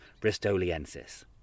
bristoliensis